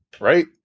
right